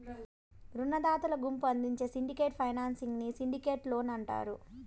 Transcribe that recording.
రునదాతల గుంపు అందించే సిండికేట్ ఫైనాన్సింగ్ ని సిండికేట్ లోన్ అంటారు